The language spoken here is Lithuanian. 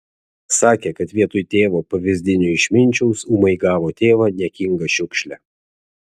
sakė kad vietoj tėvo pavyzdinio išminčiaus ūmai gavo tėvą niekingą šiukšlę